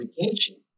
education